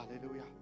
Hallelujah